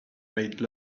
made